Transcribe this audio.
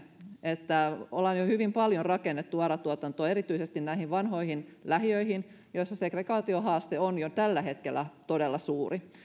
että ollaan jo hyvin paljon rakennettu ara tuotantoa erityisesti vanhoihin lähiöihin joissa segregaatiohaaste on jo tällä hetkellä todella suuri